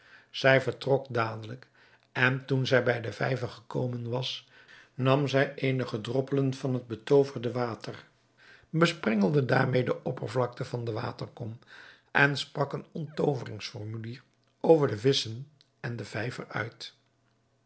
zij vertrok dadelijk en toen zij bij den vijver gekomen was nam zij eenige droppelen van het betooverde water besprengde daarmede de oppervlakte van de waterkom en sprak een onttooverings formulier over de visschen en den vijver uit